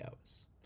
hours